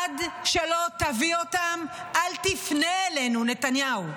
עד שלא תביא אותם, אל תפנה אלינו, נתניהו.